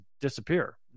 disappear